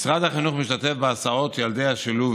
משרד החינוך משתתף בהסעות ילדי השילוב